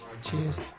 cheers